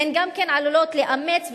הן גם עלולות לאמץ,